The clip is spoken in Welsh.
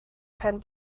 pen